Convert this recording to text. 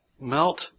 melt